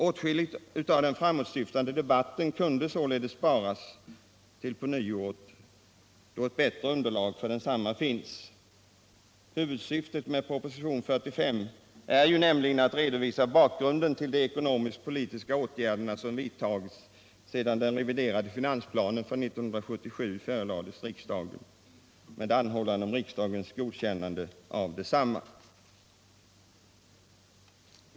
Åtskilligt av den framåtsyftande debatten kunde således sparas till på nyåret, då ett bättre underlag för densamma finns. Huvudsyftet med propositionen 45 är nämligen att redovisa bakgrunden till de ekonomisk-politiska åtgärder som vidtagits sedan den reviderade finansplanen för 1977 förelades riksdagen med anhållan om riksdagens godkännande av densamma.